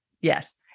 Yes